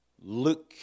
Luke